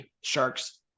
Sharks